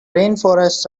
rainforests